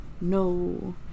no